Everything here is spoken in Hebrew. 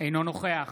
אינו נוכח